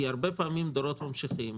כי הרבה פעמים לדורות ממשיכים